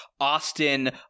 Austin